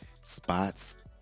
spots